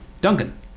Duncan